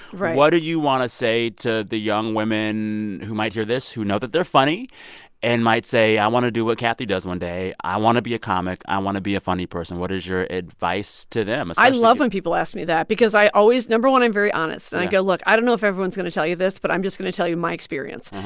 right. what do you want to say to the young women who might hear this, who know that they're funny and might say i want to do what kathy does one day i want to be a comic i want to be a funny person? what is your advice to them? especially. i love when people ask me that because i always no. one, i'm very honest. and i go, look i don't know if everyone's going to tell you this, but i'm just going to tell you my experience.